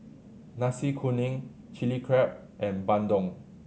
Nasi Kuning Chili Crab and bandung